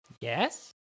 Yes